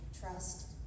trust